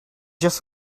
just